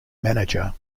manager